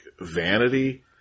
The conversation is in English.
vanity